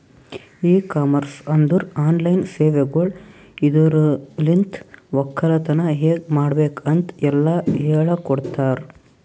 E commerce ಅಂದುರ್ online ಸೇವೆಗೊಳ್ ಇದುರಲಿಂತ್ ಒಕ್ಕಲತನ ಹೇಗ್ ಮಾಡ್ಬೇಕ್ ಅಂತ್ ಎಲ್ಲಾ ಹೇಳಕೊಡ್ತಾರ್